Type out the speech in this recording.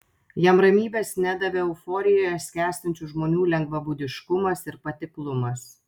jam ramybės nedavė euforijoje skęstančių žmonių lengvabūdiškumas ir patiklumas